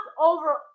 over